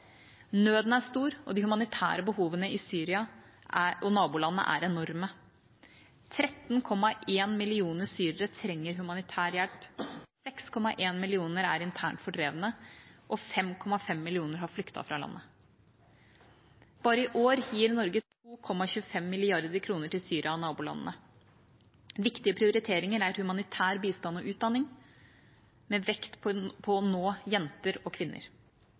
Nøden er stor, og de humanitære behovene i Syria og nabolandene er enorme. 13,1 millioner syrere trenger humanitær hjelp, 6,1 millioner er internt fordrevne, og 5,5 millioner har flyktet fra landet. Bare i år gir Norge 2,25 mrd. kr til Syria og nabolandene. Viktige prioriteringer er humanitær bistand og utdanning med vekt på å nå jenter og kvinner.